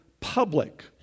public